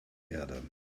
erde